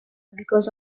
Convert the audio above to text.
because